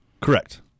Correct